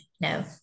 No